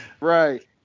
right